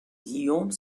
guillaume